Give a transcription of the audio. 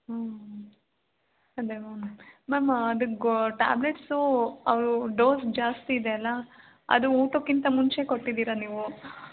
ಹ್ಞೂ ಹ್ಞೂ ಅದೇ ಮ್ಯಾಮ್ ಮ್ಯಾಮ್ ಅದು ಗೊ ಟ್ಯಾಬ್ಲೆಟ್ಸು ಅದು ಡೋಸ್ ಜಾಸ್ತಿ ಇದೆ ಅಲ್ವಾ ಅದು ಊಟಕ್ಕಿಂತ ಮುಂಚೆ ಕೊಟ್ಟಿದ್ದೀರ ನೀವು